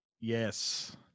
Yes